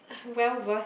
well versed